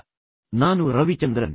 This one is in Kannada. ನಾನು ಕಾನ್ಪುರದ ಐಐಟಿ ಯ ರವಿಚಂದ್ರನ್